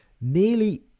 nearly